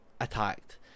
attacked